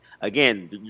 again